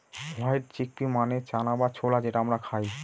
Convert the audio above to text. white chickpea মানে চানা বা ছোলা যেটা আমরা খায়